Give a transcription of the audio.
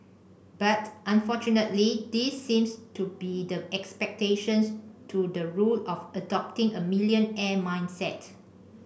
but unfortunately these seems to be the exceptions to the rule of adopting a millionaire mindset